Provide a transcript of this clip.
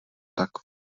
tak